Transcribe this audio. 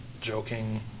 joking